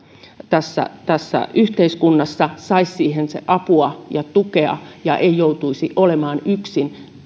tässä tässä yhteiskunnassa saisi siihen apua ja tukea eikä joutuisi olemaan yksin